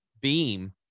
beam